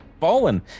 fallen